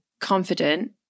confident